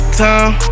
time